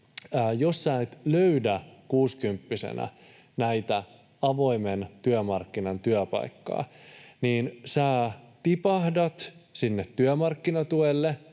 jos sinä et löydä kuusikymppisenä avoimen työmarkkinan työpaikkaa, niin sinä tipahdat sinne työmarkkinatuelle,